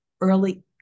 early